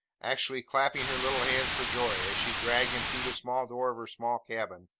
actually clapping her little hands for joy, as she dragged him through the small door of her small cabin,